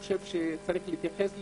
יש להתייחס לזה,